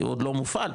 עוד לא מופעל,